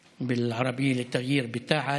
(אומר בערבית: מועצת הנשים) בתע"ל.